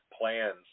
plans